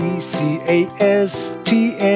C-A-S-T